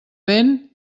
vent